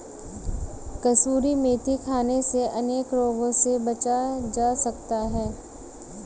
कसूरी मेथी खाने से अनेक रोगों से बचा जा सकता है